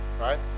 right